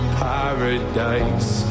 paradise